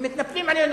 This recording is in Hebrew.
הם מתנפלים עלינו,